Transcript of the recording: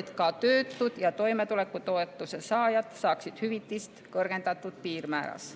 et ka töötud ja toimetulekutoetuse saajad saaksid hüvitist kõrgendatud piirmääras.